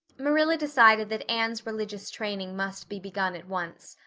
marilla decided that anne's religious training must be begun at once.